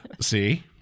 See